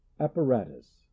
Apparatus